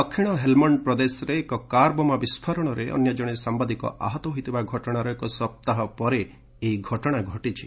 ଦକ୍ଷିଣ ହେଲ୍ମଣ୍ଡ୍ ପ୍ରଦେଶରେ ଏକ କାର୍ ବୋମା ବିସ୍ଫୋରଣରେ ଅନ୍ୟଜଣେ ସାମ୍ବାଦିକ ଆହତ ହୋଇଥିବା ଘଟଣାର ଏକସପ୍ତାହ ପରେ ଏହି ଘଟଣା ଘଟିଛି